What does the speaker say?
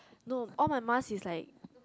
no all my mask is like